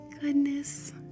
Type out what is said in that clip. goodness